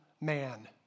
man